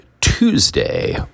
Tuesday